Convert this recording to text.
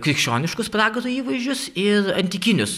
krikščioniškus pragaro įvaizdžius ir antikinius